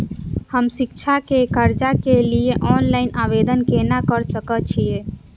हम शिक्षा के कर्जा के लिय ऑनलाइन आवेदन केना कर सकल छियै?